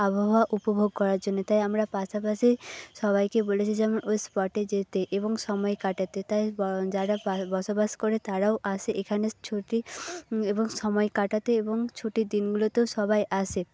আবহাওয়া উপভোগ করার জন্যে তাই আমরা পাশাপাশি সবাইকেই বলেছি যে ওই স্পটে যেতে এবং সময় কাটাতে তাই বা যারা বা বসবাস করে তারাও আসে এখানে ছুটি এবং সময় কাটাতে এবং ছুটির দিনগুলোতেও সবাই আসে